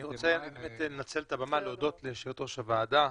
אני רוצה לנצל את הבמה להודות ליושבת ראש הוועדה,